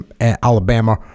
Alabama